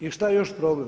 I šta je još problem?